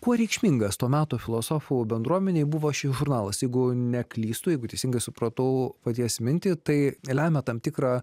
kuo reikšmingas to meto filosofų bendruomenei buvo šis žurnalas jeigu neklystu jeigu teisingai supratau paties mintį tai lemia tam tikrą